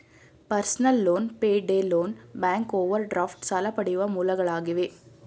personal loan, payday loan, bank overdraft ಸಾಲ ಪಡೆಯುವ ಮೂಲಗಳಾಗಿವೆ